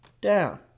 down